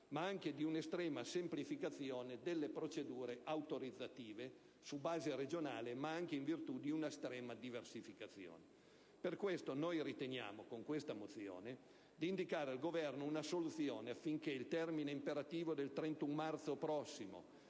ma anche di una estrema semplificazione delle procedure autorizzative su base regionale e di una estrema diversificazione. Per questo noi riteniamo, con la mozione in esame, di indicare al Governo una soluzione affinché il termine imperativo del 31 marzo prossimo,